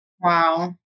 Wow